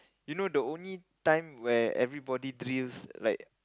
you know the only time where everybody drills like